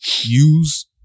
use